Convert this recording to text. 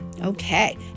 okay